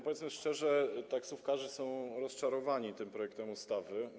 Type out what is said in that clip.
Powiedzmy szczerze: taksówkarze są rozczarowani tym projektem ustawy.